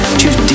choose